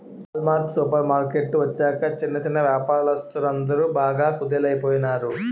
wall mart supermarket వచ్చాక చిన్న చిన్నా వ్యాపారస్తులందరు బాగా కుదేలయిపోనారు